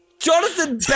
Jonathan